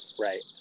Right